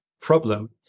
problem